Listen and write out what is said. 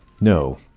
No